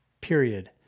period